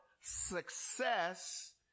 Success